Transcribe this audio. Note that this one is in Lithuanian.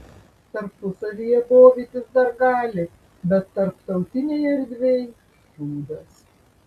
tarpusavyje bovytis dar gali bet tarptautinėj erdvėj šūdas